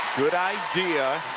good idea